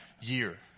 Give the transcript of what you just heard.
year